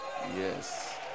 Yes